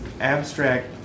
abstract